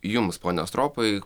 jums pone stropai